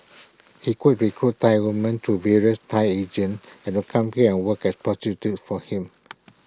he could recruit Thai woman through various Thai agents and of come here and work as prostitutes for him